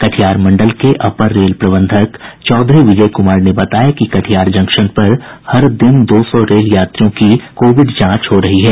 कटिहार मंडल के अपर रेल प्रबंधक चौधरी विजय कुमार ने बताया कि कटिहार जंक्शन पर हर दिन दो सौ रेल यात्रियों की कोविड जांच की जा रही है